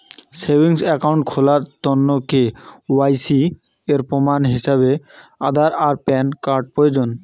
savings account খুলার তন্ন KYC এর প্রমাণ হিছাবে আধার আর প্যান কার্ড প্রয়োজন